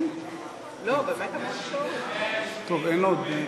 חמש דקות לרשותך.